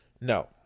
no